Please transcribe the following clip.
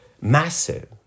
massive